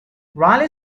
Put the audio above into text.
raleigh